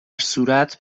صورت